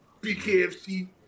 BKFC